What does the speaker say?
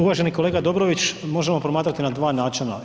Uvaženi kolega Dobrović, možemo promatrati na dva načina.